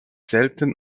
selten